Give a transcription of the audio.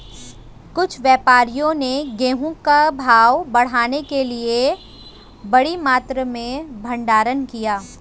कुछ व्यापारियों ने गेहूं का भाव बढ़ाने के लिए बड़ी मात्रा में भंडारण किया